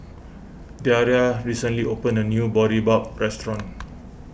Daria recently opened a new Boribap restaurant